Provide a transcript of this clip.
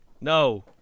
No